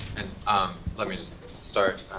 ah let me just start,